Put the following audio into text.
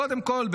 קודם כול,